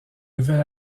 nouvel